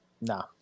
Nah